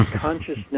Consciousness